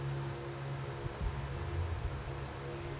ಮುಂಗಾರು ತಿಂಗಳದಾಗ ಏನ್ ಬೆಳಿತಿರಿ?